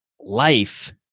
life